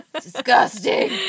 Disgusting